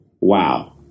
wow